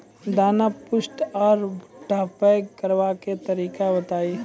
दाना पुष्ट आर भूट्टा पैग करबाक तरीका बताऊ?